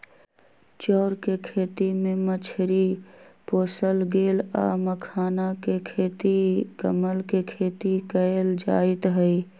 चौर कें खेती में मछरी पोशल गेल आ मखानाके खेती कमल के खेती कएल जाइत हइ